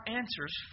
answers